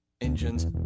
Engines